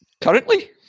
Currently